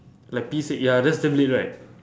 like P six ya that's damn late right